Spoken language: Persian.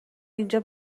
اینجا